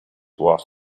was